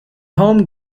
home